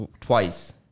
twice